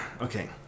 okay